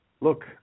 Look